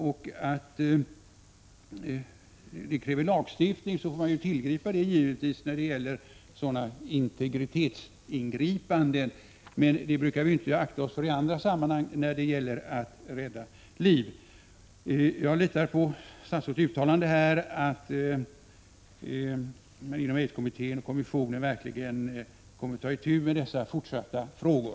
Om det kräver lagstiftning att göra intrång i integriteten, får man givetvis tillgripa det förfarandet — det brukar vi ju inte dra oss för i andra sammanhang när det gäller att rädda liv. Jag litar på statsrådets uttalande att man inom aidsdelegationen i fortsättningen verkligen kommer att ta itu med dessa frågor.